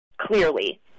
clearly